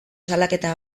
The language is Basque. salaketa